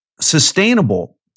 sustainable